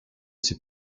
ces